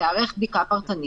ותיערך בדיקה פרטנית,